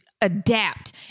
adapt